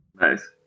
Nice